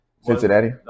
Cincinnati